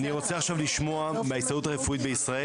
אני רוצה עכשיו לשמוע מההסתדרות הרפואית בישראל,